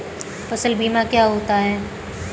फसल बीमा क्या होता है?